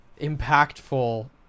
impactful